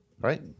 right